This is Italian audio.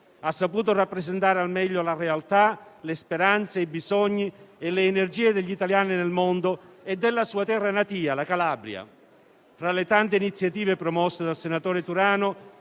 ha saputo rappresentare al meglio la realtà, le speranze, i bisogni e le energie degli italiani nel mondo e della sua terra natia, la Calabria. Tra le tante iniziative promosse dal senatore Turano,